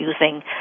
using